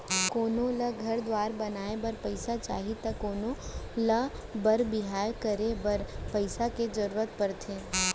कोनो ल घर दुवार बनाए बर पइसा चाही त कोनों ल बर बिहाव करे बर पइसा के जरूरत परथे